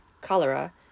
cholera